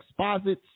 exposits